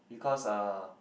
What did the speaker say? because uh